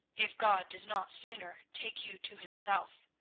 if god does not sooner take you to himself.